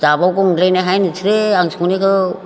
जाबावगौ नंलायगोनहाय नोंसोरो आं संनायखौ